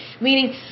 meaning